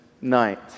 night